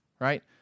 right